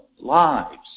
lives